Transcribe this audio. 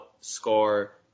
score